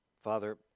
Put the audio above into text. Father